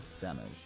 damage